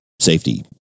safety